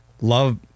love